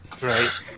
Right